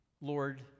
Lord